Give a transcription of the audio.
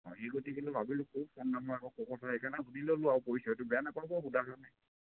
অঁ সেই গতিকেলৈ ভাবিলোঁ ক'ৰ ফোন নাম্বাৰ আকৌ ক'ৰবাৰ পৰা আহিছে সেইকাৰণে সুধি ললোঁ আৰু পৰিচয়টো বেয়া নেপাব সোধাৰ কাৰণে